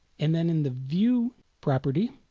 and then in the view property.